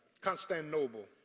Constantinople